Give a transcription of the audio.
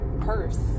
purse